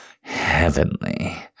heavenly